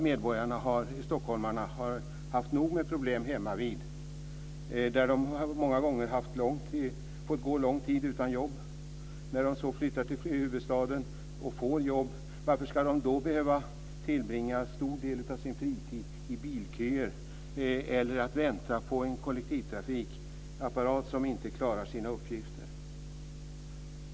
De nya stockholmarna har haft nog med problem hemmavid, där de många gånger har fått gå lång tid utan jobb. När de så flyttar till huvudstaden och får jobb, ska de då behöva tillbringa en stor del av sin fritid i bilköer eller med att vänta på en kollektivtrafikapparat som inte klarar sina uppgifter?